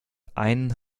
einen